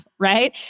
right